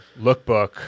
lookbook